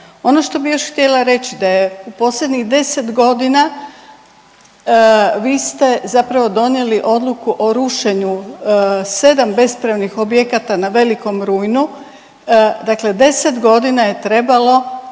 Ono što bih još htjela reći da je u posljednjih 10 godina vi ste zapravo donijeli odluku o rušenju 7 bespravnih objekata na Velikom Rujnu. Dakle, 10 godina je trebalo